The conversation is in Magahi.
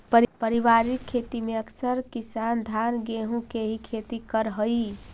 पारिवारिक खेती में अकसर किसान धान गेहूँ के ही खेती करऽ हइ